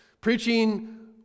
preaching